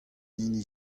hini